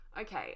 Okay